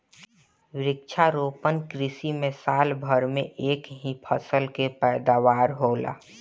वृक्षारोपण कृषि में साल भर में एक ही फसल कअ पैदावार होला